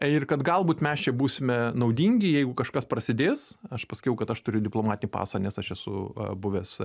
ir kad galbūt mes čia būsime naudingi jeigu kažkas prasidės aš pasakiau kad aš turiu diplomatinį pasą nes aš esu buvęs